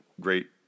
great